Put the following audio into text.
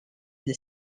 des